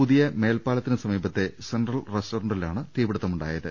പുതിയ മേൽപ്പാലത്തിന് സമീപത്തെ സെൻട്രൽ റസ്റ്റോറന്റിലാണ് തീപിടുത്തമുണ്ടായത്